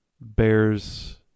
Bears